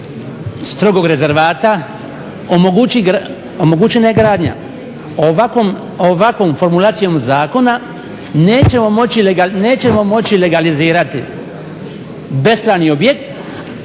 strogog rezervata omogućena je gradnja. Ovakvom formulacijom zakona nećemo moći legalizirati bespravni objekt,